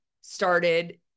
started